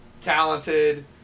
talented